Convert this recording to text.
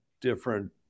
different